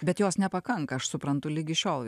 bet jos nepakanka aš suprantu ligi šiol